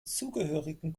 zugehörigen